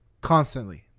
constantly